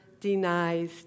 denies